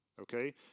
Okay